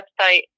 website